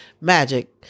Magic